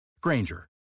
Granger